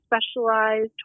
specialized